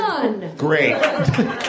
Great